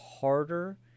harder